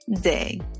day